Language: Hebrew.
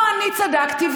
פה אני צדקתי.